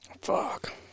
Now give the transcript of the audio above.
fuck